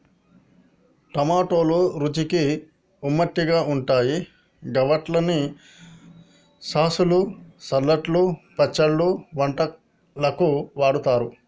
టమాటోలు రుచికి ఉమామిగా ఉంటాయి గవిట్లని సాసులు, సలాడ్లు, పచ్చళ్లు, వంటలకు వాడుతరు